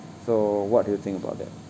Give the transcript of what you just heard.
so what do you think about that